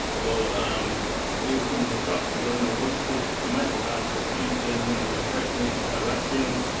well, um all criminal stuff, what you could imagine, down to thieving, you know threatening, harassing,